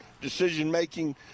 decision-making